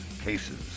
cases